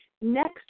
next